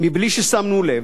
בלי ששמנו לב,